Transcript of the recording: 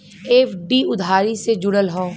FD उधारी से जुड़ल हौ